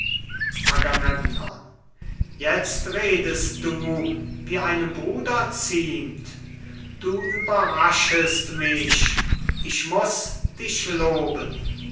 jetzt redest du wie einem bruder ziemt du überraschest mich ich muß dich loben